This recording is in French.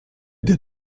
des